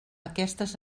aquestes